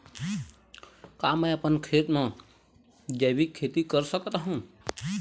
का मैं अपन खेत म जैविक खेती कर सकत हंव?